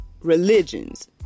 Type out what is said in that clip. religions